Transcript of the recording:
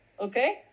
Okay